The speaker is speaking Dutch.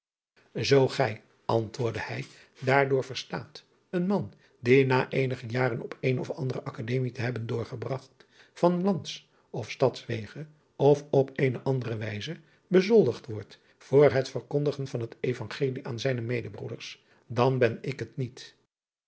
oo gij antwoordde hij daardoor verstaat een man die na eenige jaren op eene of andere kademie te hebben doorgebragt van lands of stads wege of op eene andere wijze bezoldigd wordt voor het verkondigen van het vangelie aan zijne medebroeders dan ben ik het niet